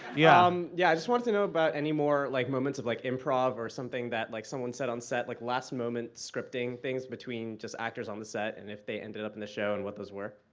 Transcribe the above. yeah. audience um yeah, i just wanted to know about any more like moments of like improv or something that like someone said on-set. like last moment scripting things between just actors on the set and if they ended up in the show and what those were.